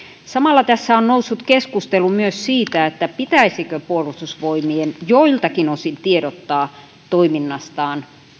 samalla tässä on noussut keskustelu myös siitä pitäisikö puolustusvoimien joiltakin osin tiedottaa toiminnastaan